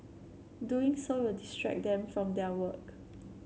doing so will distract them from their work